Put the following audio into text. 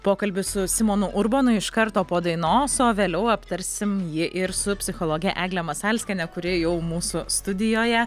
pokalbis su simonu urbonu iš karto po dainos o vėliau aptarsim jį ir su psichologe egle masalskiene kuri jau mūsų studijoje